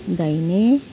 दाहिने